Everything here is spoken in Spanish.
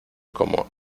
como